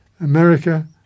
America